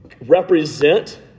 represent